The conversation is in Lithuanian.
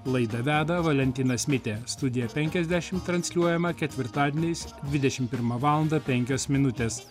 laidą veda valentinas mitė studija penkiasdešimt transliuojama ketvirtadieniais dvidešimt pirmą valandą penkios minutės